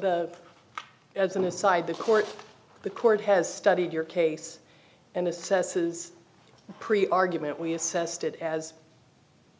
counsel as an aside the court the court has studied your case and assesses pre argument we assessed it as